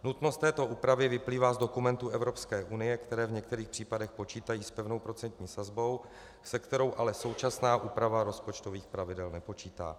Nutnost této úpravy vyplývá z dokumentů EU, které v některých případech počítají s pevnou procentní sazbou, se kterou ale současná úprava rozpočtových pravidel nepočítá.